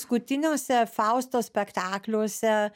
paskutiniuose fausto spektakliuose